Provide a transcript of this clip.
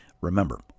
Remember